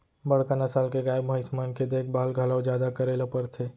बड़का नसल के गाय, भईंस मन के देखभाल घलौ जादा करे ल परथे